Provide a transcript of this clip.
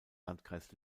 landkreis